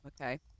okay